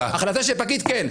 החלטה של פקיד כן.